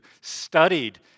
studied